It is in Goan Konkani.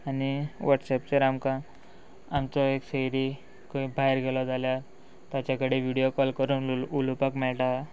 आनी वॉट्सॅप तर आमकां आमचो एक सोयरो खंय भायर गेलो जाल्यार ताचे कडेन विडियो कॉल करून उलोवपाक मेळटा